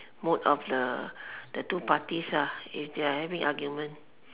mood of the the two parties ah if they are having argument